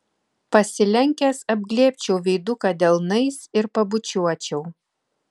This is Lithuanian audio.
pasilenkęs apglėbčiau veiduką delnais ir pabučiuočiau